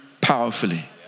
powerfully